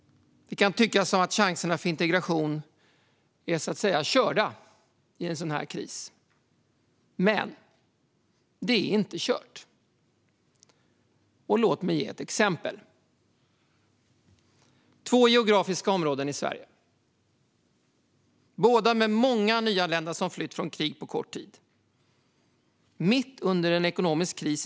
Det kan tyckas som att chanserna för integration är körda i en sådan här kris. Men det är inte kört. Låt mig ge ett exempel. Det handlar om två geografiska områden i Sverige, båda med många nyanlända som flytt från krig på kort tid och kommit till Sverige mitt under en ekonomisk kris.